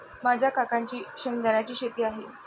माझ्या काकांची शेंगदाण्याची शेती आहे